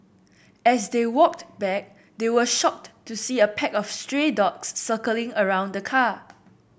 as they walked back they were shocked to see a pack of stray dogs circling around the car